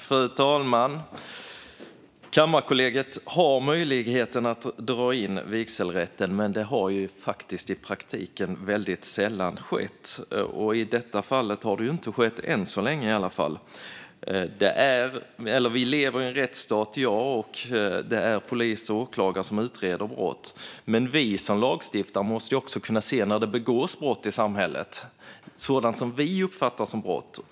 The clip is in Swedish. Fru talman! Kammarkollegiet har möjligheten att dra in vigselrätten, men det har i praktiken väldigt sällan skett. Och i det här fallet har det åtminstone inte skett än så länge. Ja, vi lever i en rättsstat, och det är polis och åklagare som utreder brott. Men vi som lagstiftare måste också kunna se när det begås brott i samhället - sådant som vi uppfattar som brott.